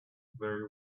very